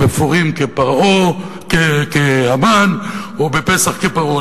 בפורים כהמן ובפסח כפרעה,